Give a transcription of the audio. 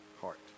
heart